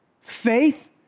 Faith